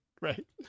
right